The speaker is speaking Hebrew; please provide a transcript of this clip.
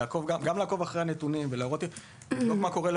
לעקוב אחרי הנתונים ולבדוק מה קורה עם